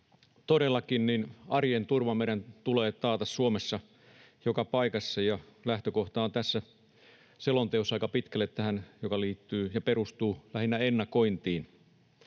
Todellakin, meidän tulee taata arjen turva Suomessa joka paikassa, ja lähtökohta tässä selonteossa on aika pitkälle se, että se liittyy ja perustuu lähinnä ennakointiin.